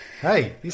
Hey